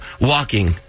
walking